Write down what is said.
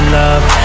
love